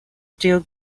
still